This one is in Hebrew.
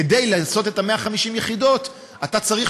כדי לעשות את 150 היחידות אתה צריך